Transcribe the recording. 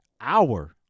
hour